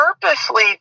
purposely